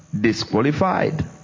disqualified